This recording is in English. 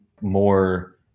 more